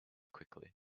quickly